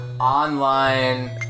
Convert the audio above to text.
online